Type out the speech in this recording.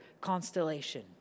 constellation